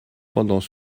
pendant